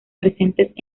presentes